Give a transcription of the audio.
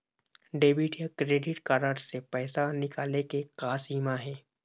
Debit या credit card से पैसा निकाले के का सीमा हे?